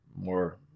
more